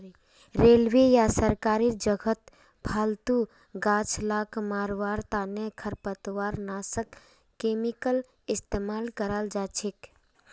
railway या सरकारी जगहत फालतू गाछ ला मरवार तने खरपतवारनाशक केमिकल इस्तेमाल कराल जाछेक